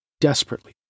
Desperately